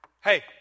Hey